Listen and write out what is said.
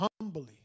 Humbly